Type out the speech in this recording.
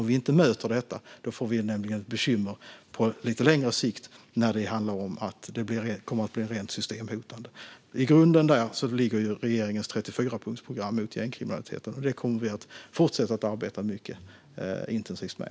Om vi inte möter detta får vi bekymmer på lite längre sikt, och det blir rent systemhotande. I grunden ligger regeringens 34-punktsprogram mot gängkriminaliteten, och det kommer vi att fortsätta att arbeta mycket intensivt med.